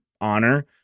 honor